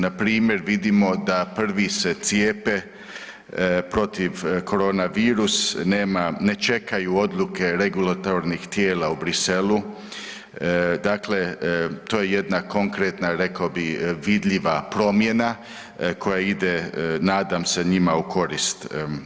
Npr. vidimo da prvi se cijepe protiv korona virus, nema, ne čekaju odluke regulatornih tijela u Bruxellesu, to je jedna konkretna, rekao bi, vidljiva promjena koja ide, nadam se, njima u korist.